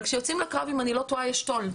אבל כשיוצאים לקרב אם אני לא טועה יש תו"ל,